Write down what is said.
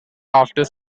after